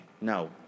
No